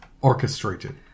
orchestrated